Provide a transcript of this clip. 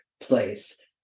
Place